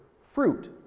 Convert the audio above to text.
fruit